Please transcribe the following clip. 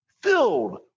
filled